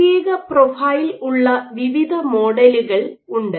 പ്രത്യേക പ്രൊഫൈൽ ഉള്ള വിവിധ മോഡലുകൾ ഉണ്ട്